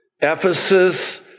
Ephesus